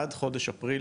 עד חודש אפריל